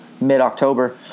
mid-october